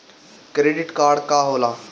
Credit card का होला?